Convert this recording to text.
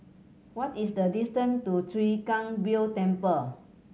what is the distant to Chwee Kang Beo Temple